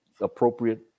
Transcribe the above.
appropriate